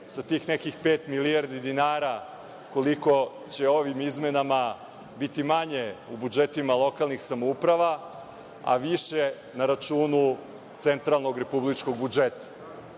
sa tih nekih pet milijardi dinara, koliko će ovim izmenama biti manje u budžetima lokalnih samouprava, a više na računu centralnog republičkog budžeta.I